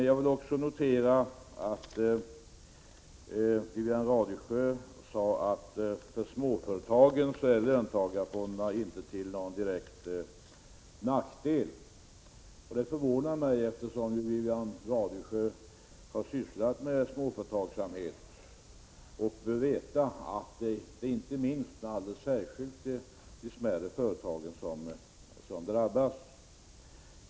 Jag noterar också att Wivi-Anne Radesjö sade att för småföretagarna är löntagarfonderna inte någon direkt nackdel. Det påståendet förvånar mig, eftersom Wivi-Anne Radesjö har sysslat med småföretagsamhet och bör veta att det alldeles särskilt är de smärre företagen som drabbas.